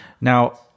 Now